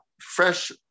fresh